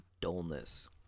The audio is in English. dullness